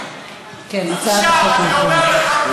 מורשע, אני אומר לך.